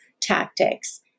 tactics